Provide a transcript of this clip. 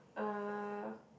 uh